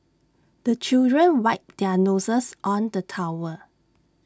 the children wipe their noses on the towel